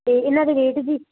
ਅਤੇ ਇਹਨਾਂ ਦੇ ਰੇਟ ਜੀ